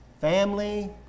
family